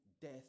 death